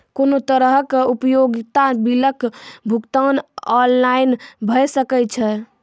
कुनू तरहक उपयोगिता बिलक भुगतान ऑनलाइन भऽ सकैत छै?